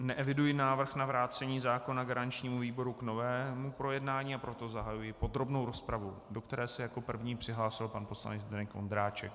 Neeviduji návrh na vrácení zákona garančnímu výboru k novému projednání, a proto zahajuji podrobnou rozpravu, do které se jako první přihlásil pan poslanec Zdeněk Ondráček.